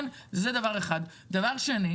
שנית,